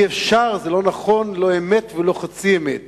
אי-אפשר, זה לא נכון, זו לא אמת ולא חצי אמת.